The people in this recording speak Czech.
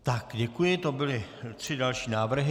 Tak, děkuji, to byly tři další návrhy.